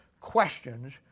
questions